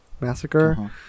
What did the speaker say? massacre